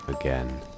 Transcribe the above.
again